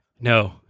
No